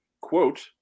Quote